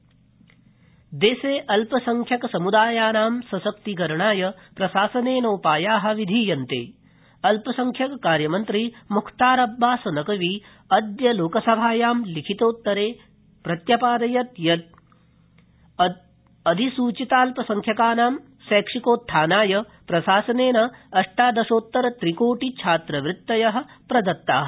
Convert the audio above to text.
अल्पसंख्यक सशक्तिकरणम् दर्य किल्पसंख्यक समुदायाना सशक्तिकरणाय प्रशासनसिपाया विधीयन्त अल्पसंख्यक कार्यमन्त्री मुख्तार अब्बास नकबी अद्य लोकसभाया लिखितोत्तर प्रत्यपादयत् यत् अधिसूचिताल्पसंख्यकाना शैक्षिकोत्थानाय प्रशासन अष्टादशोत्तरत्रिकोटि छात्रवृत्तय प्रदत्ता